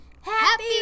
happy